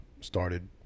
started